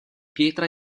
pietra